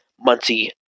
muncie